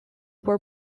were